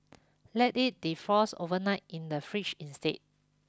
let it defrost overnight in the fridge instead